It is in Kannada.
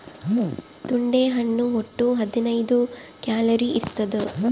ತೊಂಡೆ ಹಣ್ಣು ಒಟ್ಟು ಹದಿನೈದು ಕ್ಯಾಲೋರಿ ಇರ್ತಾದ